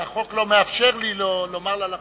שהחוק מאפשר לי לומר לה לחזור.